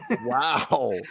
wow